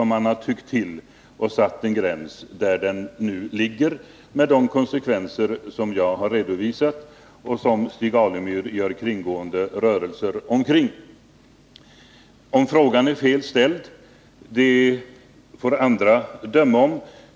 Man har tyckt till och satt gränsen där den nu är med de konsekvenser jag har redovisat och där Stig Alemyr nu gör kringgående rörelser. Om frågan är fel ställd får andra bedöma.